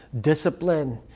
discipline